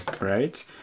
right